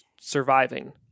surviving